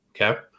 Okay